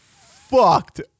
fucked